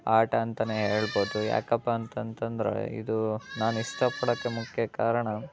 ಆಟ ಅಂತನೇ ಹೇಳ್ಬೋದು ಯಾಕಪ್ಪ ಅಂತಂತಂದರೆ ಇದು ನಾನು ಇಷ್ಟಪಡೋಕೆ ಮುಖ್ಯ ಕಾರಣ